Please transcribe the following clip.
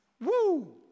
Woo